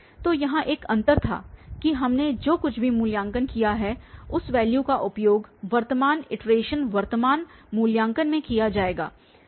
तो यहाँ एक अंतर था कि हमने जो कुछ भी मूल्यांकन किया है उस वैल्यू का उपयोग वर्तमान इटरेशन वर्तमान मूल्यांकन में किया जाएगा